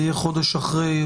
זה יהיה חודש אחרי.